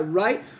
right